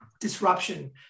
disruption